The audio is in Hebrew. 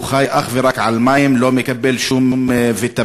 הוא חי אך ורק על מים, לא מקבל שום ויטמינים,